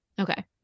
Okay